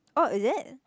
oh is it